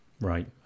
Right